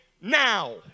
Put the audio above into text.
now